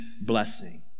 blessing